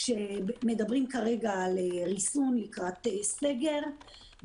שמדברים כרגע על ריסון לקראת סגר,